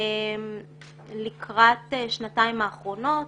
לקראת השנתיים האחרונות